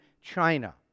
China